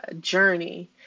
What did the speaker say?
journey